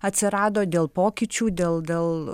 atsirado dėl pokyčių dėl dėl